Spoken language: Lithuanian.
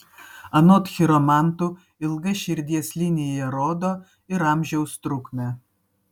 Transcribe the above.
anot chiromantų ilga širdies linija rodo ir amžiaus trukmę